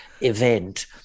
event